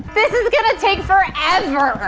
this is gonna take forever.